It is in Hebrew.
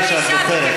מה שאת בוחרת.